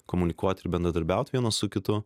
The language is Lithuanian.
komunikuot bendradarbiaut vienas su kitu